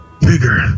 Bigger